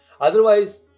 Otherwise